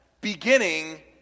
beginning